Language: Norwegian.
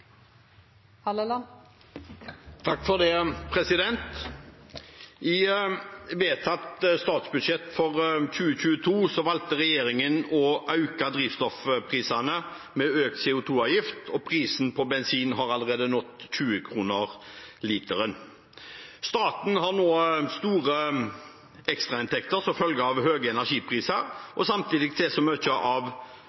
vedtatt statsbudsjett for 2022 valgte regjeringen å øke drivstoffprisene ved en økt CO 2 -avgift, og prisen på bensin har allerede nådd 20 kr per liter. Staten har nå store ekstrainntekter som følge av høye energipriser,